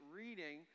reading